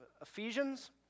Ephesians